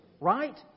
right